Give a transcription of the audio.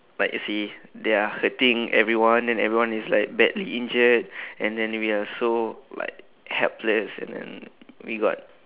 like you see they are hurting everyone and everyone is like badly injured and then we are so like helpless and then we got